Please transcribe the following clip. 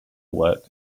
work